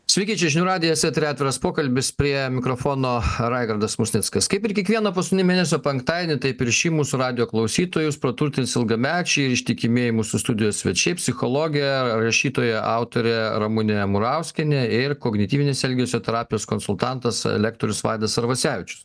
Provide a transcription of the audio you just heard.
sveiki čia žinių radijas eteryje atviras pokalbis prie mikrofono raigardas musnickas kaip ir kiekvieną paskutinį mėnesio penktadienį taip ir šį mūsų radijo klausytojus praturtins ilgamečiai ir ištikimieji mūsų studijos svečiai psichologė rašytoja autorė ramunė murauskienė ir kognityvinės elgesio terapijos konsultantas lektorius vaidas arvasevičius